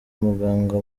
umuganga